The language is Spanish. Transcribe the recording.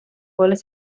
goles